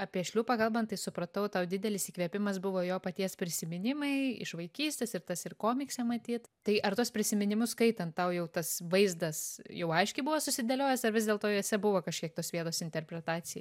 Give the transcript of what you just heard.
apie šliūpą kalbant tai supratau tau didelis įkvėpimas buvo jo paties prisiminimai iš vaikystės ir tas ir komikse matyt tai ar tuos prisiminimus skaitant tau jau tas vaizdas jau aiškiai buvo susidėliojęs ar vis dėlto juose buvo kažkiek tos vietos interpretacijai